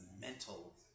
mental